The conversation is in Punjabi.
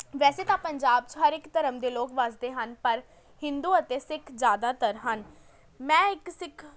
ਵੈਸੇ ਤਾਂ ਪੰਜਾਬ 'ਚ ਹਰ ਇੱਕ ਧਰਮ ਦੇ ਲੋਕ ਵਸਦੇ ਹਨ ਪਰ ਹਿੰਦੂ ਅਤੇ ਸਿੱਖ ਜ਼ਿਆਦਾਤਰ ਹਨ ਮੈਂ ਇੱਕ ਸਿੱਖ